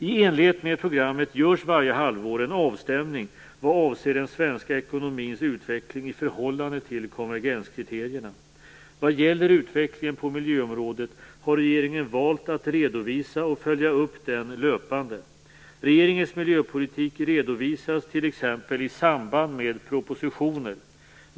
I enlighet med programmet görs varje halvår en avstämning vad avser den svenska ekonomins utveckling i förhållande till konvergenskriterierna. Vad gäller utvecklingen på miljöområdet har regeringen valt att redovisa och följa upp den löpande. Regeringens miljöpolitik redovisas t.ex. i samband med propositioner.